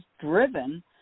driven